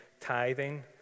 tithing